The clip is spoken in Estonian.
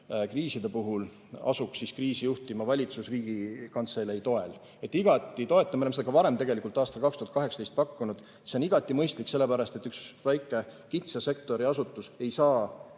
kriiside puhul asuks kriisi juhtima valitsus Riigikantselei toel. Igati toetame, me oleme seda ka varem, aastal 2018 pakkunud. See on igati mõistlik, sellepärast et üks väike kitsa sektori asutus ei saa